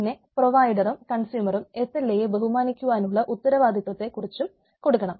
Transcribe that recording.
പിന്നെ പ്രൊവൈഡറും കൺസ്യൂമറും SLA യെ ബഹുമാനിക്കുവാനുള്ള ഉത്തരവാദിത്വത്തെ കുറിച്ചും കൊടുക്കണം